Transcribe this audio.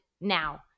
now